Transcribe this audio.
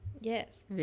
yes